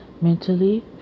mentally